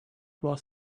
was